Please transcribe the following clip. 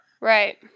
Right